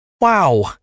Wow